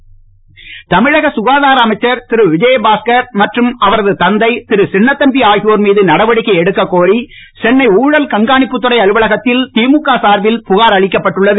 விஜயபாஸ்கர் தமிழக ககாதார அமைச்சர் திரு விஜயபாஸ்கர் மற்றும் அவரது தந்தை திரு சின்னத்தம்பி ஆகியோர் மீது நடவடிக்கை எடுக்க கோரி சென்னை ஊழல் கண்காணிப்பு துறை அலுவலகத்தில் திமுக சார்பில் புகார் அளிக்கப்பட்டுள்ளது